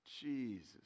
Jesus